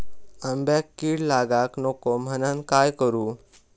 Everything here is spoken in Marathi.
आंब्यक कीड लागाक नको म्हनान काय करू?